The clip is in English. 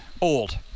old